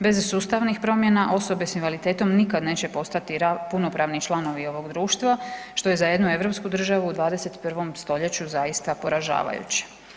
Bez sustavnih promjena osobe s invaliditetom nikada neće postati punopravni članovi ovog društva što je za jednu europsku državu u 21. stoljeću zaista poražavajuće.